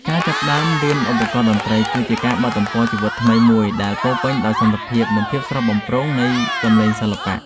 ការចាប់ផ្តើមរៀនឧបករណ៍តន្ត្រីគឺជាការបើកទំព័រជីវិតថ្មីមួយដែលពោរពេញដោយសន្តិភាព និងភាពស្រស់បំព្រងនៃសម្លេងសិល្បៈ។